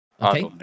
Okay